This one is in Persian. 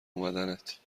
اومدنت